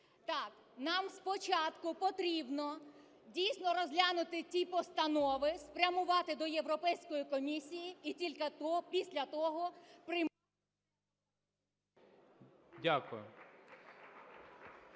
В.О. Нам спочатку потрібно дійсно розглянути ті постанови, спрямувати до Європейської комісії, і тільки після того… ГОЛОВУЮЧИЙ. Дякую.